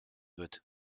wird